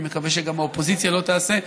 ואני מקווה שגם האופוזיציה לא תעשה,